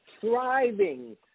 thriving